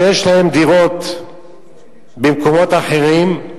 שיש להם דירות במקומות אחרים,